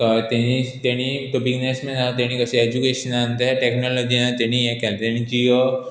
ताणें ताणें तो बिजनसमॅन आसा ताणें कशें एजुकेशनान ते टॅक्नोलॉजीन ताणें हें केलें ताणें जियो